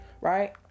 right